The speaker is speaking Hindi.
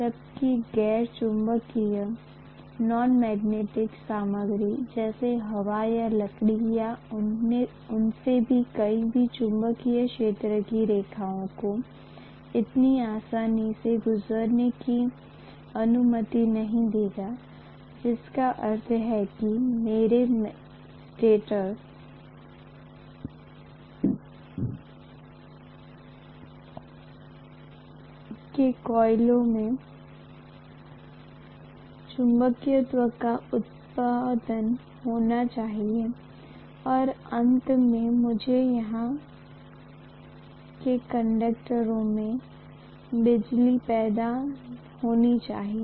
जबकि गैर चुंबकीय सामग्री जैसे हवा या लकड़ी या उनमें से कोई भी चुंबकीय क्षेत्र की रेखाओं को इतनी आसानी से गुजरने की अनुमति नहीं देगा जिसका अर्थ है कि मेरे स्टेटर के कोयले में चुंबकत्व का उत्पादन होना चाहिए और अंत में मुझे यहाँ के कंडक्टरों में बिजली पैदा होनी चाहिए